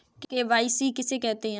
KYC किसे कहते हैं?